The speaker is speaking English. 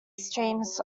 streams